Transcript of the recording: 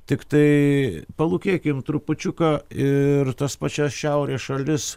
tiktai palūkėkim trupučiuką ir tas pačias šiaurės šalis